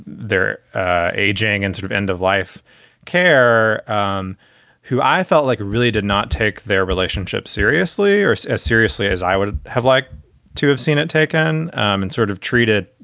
their ah aging and sort of end of life care, um who i felt like really did not take their relationship seriously or as seriously as i would have liked to have seen it taken and sort of treated.